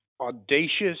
audacious